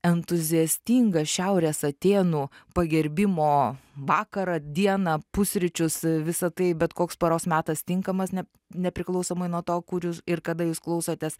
entuziastingą šiaurės atėnų pagerbimo vakarą dieną pusryčius visa tai bet koks paros metas tinkamas ne nepriklausomai nuo to kur jūs ir kada jūs klausotės